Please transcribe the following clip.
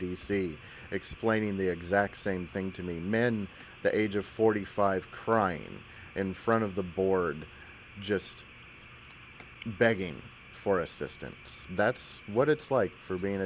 c explaining the exact same thing to me man the age of forty five crying in front of the board just begging for assistance that's what it's like for being